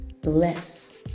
bless